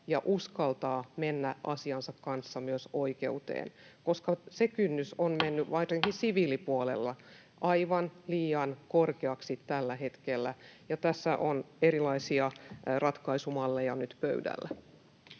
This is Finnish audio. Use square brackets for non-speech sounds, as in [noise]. ja uskaltaa mennä asiansa kanssa myös oikeuteen, koska se kynnys on mennyt [noise] varsinkin siviilipuolella aivan liian korkeaksi tällä hetkellä. Ja tässä on erilaisia ratkaisumalleja nyt pöydällä.